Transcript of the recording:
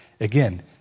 again